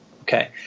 Okay